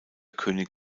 könig